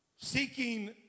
Seeking